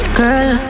girl